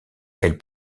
elle